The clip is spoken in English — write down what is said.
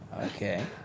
Okay